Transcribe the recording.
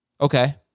Okay